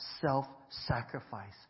self-sacrifice